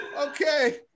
okay